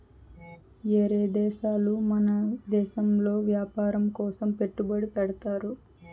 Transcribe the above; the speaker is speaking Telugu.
ఏరే దేశాలు మన దేశంలో వ్యాపారం కోసం పెట్టుబడి పెడ్తారు